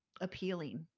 appealing